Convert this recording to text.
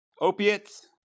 opiates